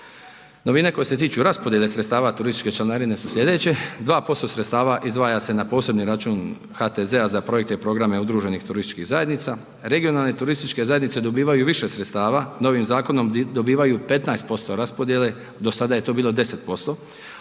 Novine koje se tiču raspodjele sredstava turističke članarine su slijedeće. 2% sredstava izdvaja se na posebni račun HTZ-a za projekte i programe udruženih turističkih zajednica, regionalne turističke zajednice dobivaju više sredstava novim zakonom dobivaju 15% raspodjele do sada je to bilo 10%,